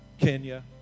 Kenya